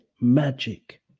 Magic